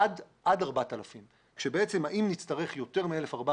עד 4,000. בעצם אם נצטרך יותר מ-1,400